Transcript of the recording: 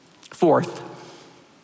Fourth